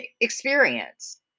experience